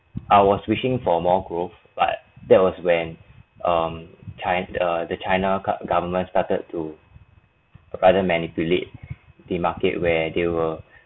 I was wishing for more growth but that was when um chi~ the the china gov~ government started to rather manipulate the market where they were